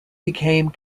became